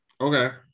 Okay